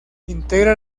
integra